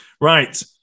Right